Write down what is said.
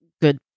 good